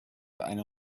eine